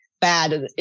bad